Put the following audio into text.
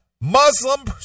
Muslim